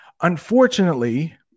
unfortunately